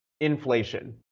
inflation